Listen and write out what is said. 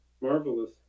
marvelous